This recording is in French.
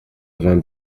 vingt